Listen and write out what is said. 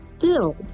filled